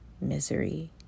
misery